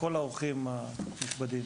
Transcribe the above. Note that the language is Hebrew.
וכל האורחים הנכבדים.